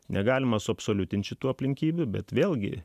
negalima suabsoliutinti šitų aplinkybių bet vėlgi